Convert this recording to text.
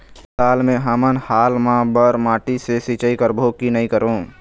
पताल मे हमन हाल मा बर माटी से सिचाई करबो की नई करों?